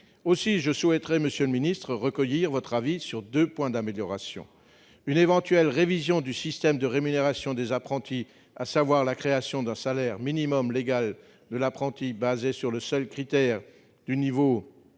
Aussi, je souhaiterais recueillir votre avis sur deux points d'amélioration, monsieur le ministre. d'une éventuelle révision du système de rémunération des apprentis, à savoir la création d'un salaire minimum légal de l'apprenti basé sur le seul critère du niveau de